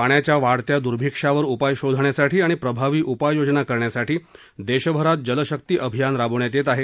पाण्याच्या वाढत्या दूर्भिक्ष्यावर उपाय शोधण्यासाठी आणि प्रभावी उपाययोजना करण्यासाठी देशभरात जलशक्ती अभियान राबविण्यात येत आहे